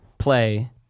play